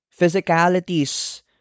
physicalities